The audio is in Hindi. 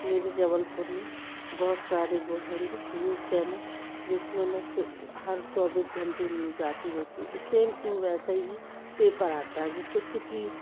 मेरी जबलपुर में बहुत सारी वो होंगे न्यूज़ चैनल जिसमें न हर चौबीस घंटे न्यूज़ आती रहती सेम टू वैसा ही पेपर आता है जिसको सिटी